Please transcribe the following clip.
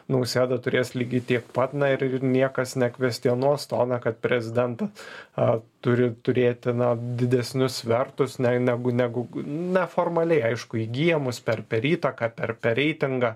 nausėda turės lygiai tiek pat na ir ir niekas nekvestionuos toną kad prezidenta a turi turėti na didesnius svertus ne negu negu na formaliai aišku įgyjamus per per įtaką per per reitingą